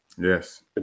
Yes